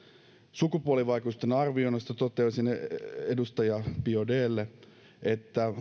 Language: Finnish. sukupuolivaikutusten arvioinnista toteaisin edustaja biaudetlle että